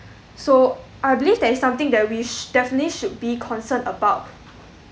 so I believe that it's something that we sh~ definitely should be concerned about